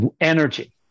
Energy